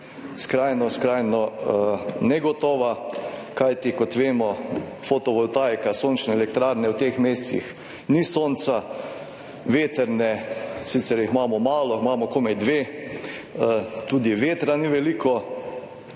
skrajno, skrajno negotova. Kajti kot vemo, fotovoltaika, sončne elektrarne, v teh mesecih ni sonca, vetrne, sicer jih imamo malo, imamo komaj dve, tudi vetra ni veliko